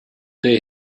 they